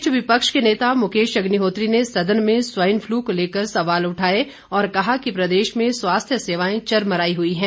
इस बीच विपक्ष के नेता मुकेश अग्निहोत्री ने सदन में स्वाइन फ़्लू को लेकर सवाल उठाए और कहा कि प्रदेश में स्वास्थ्य सेवाएं चरमराई हुई है